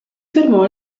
fermò